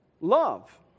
love